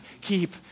keep